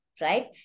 right